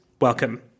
welcome